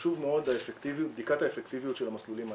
חשוב מאוד בדיקת האפקטיביות של המסלולים האלה.